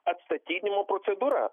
atstatydinimo procedūra